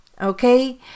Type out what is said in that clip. okay